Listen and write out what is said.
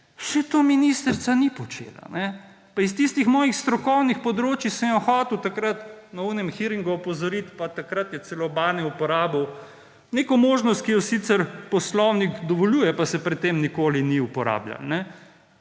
Vse to ministrica ni počela, pa iz tistih mojih strokovnih področij sem jo hotel takrat na tistem hearingu opozoriti, pa je takrat celo Bane uporabil neko možnost, ki jo sicer poslovnik dovoljuje, pa se pri tem nikoli ni uporabljal.